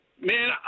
Man